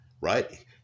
right